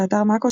באתר מאקו,